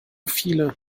viele